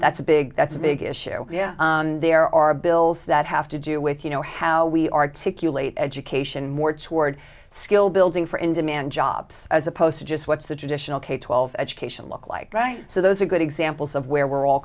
that's a big that's a big issue yeah there are bills that have to do with you know how we articulate education more toward skill building for in demand jobs as opposed to just what's the traditional k twelve education look like right so those are good examples of where we're all